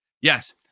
Yes